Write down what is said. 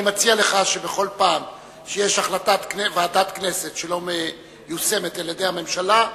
אני מציע לך שבכל פעם שיש החלטת ועדת כנסת שלא מיושמת על-ידי הממשלה,